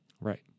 Right